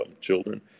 children